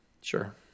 Sure